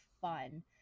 fun